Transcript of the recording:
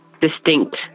distinct